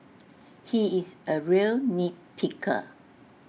he is A real nit picker